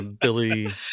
Billy